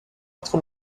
autre